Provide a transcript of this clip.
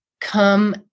come